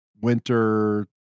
winter